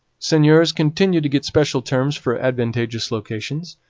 seigneurs continued to get special terms for advantageous locations,